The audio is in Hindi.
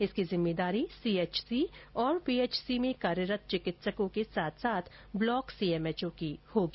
इसकी जिम्मेदारी सीएचसी पीएचसी में कार्यरत चिकित्सक के साथ साथ ब्लॉक सीएमएचओ की होगी